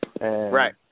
Right